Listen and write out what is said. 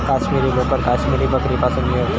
काश्मिरी लोकर काश्मिरी बकरीपासुन मिळवतत